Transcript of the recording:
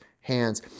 hands